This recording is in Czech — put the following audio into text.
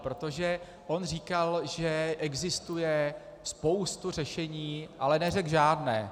Protože on říkal, že existuje spousta řešení, ale neřekl žádné.